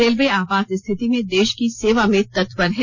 railway आपातस्थिति मं देश की सेवा में तत्पर है